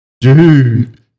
dude